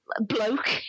bloke